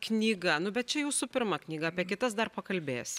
knyga nu bet čia jūsų pirma knyga apie kitas dar pakalbėsim